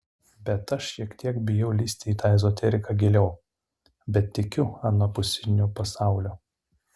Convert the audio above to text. bet aš šiek tiek bijau lįsti į tą ezoteriką giliau bet tikiu anapusiniu pasauliu